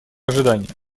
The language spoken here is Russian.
ожидания